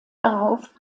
darauf